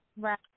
Right